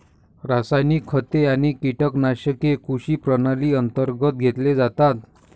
रासायनिक खते आणि कीटकनाशके कृषी प्रणाली अंतर्गत घेतले जातात